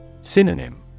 Synonym